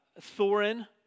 Thorin